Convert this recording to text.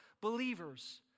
believers